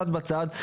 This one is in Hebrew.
קצת בצד,